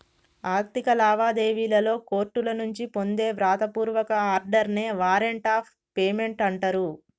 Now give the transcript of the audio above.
ఆర్థిక లావాదేవీలలో కోర్టుల నుంచి పొందే వ్రాత పూర్వక ఆర్డర్ నే వారెంట్ ఆఫ్ పేమెంట్ అంటరు